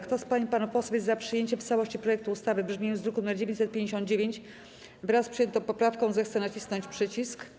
Kto z pań i panów posłów jest za przyjęciem w całości projektu ustawy w brzmieniu z druku nr 959, wraz z przyjętymi poprawkami, zechce nacisnąć przycisk.